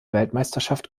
weltmeisterschaft